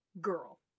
girl